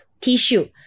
tissue